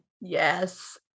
Yes